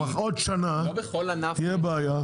אם בעוד שנה תהיה בעיה?